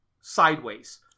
sideways